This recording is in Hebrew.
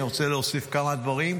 אני רוצה להוסיף כמה דברים,